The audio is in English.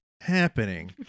Happening